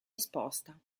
esposta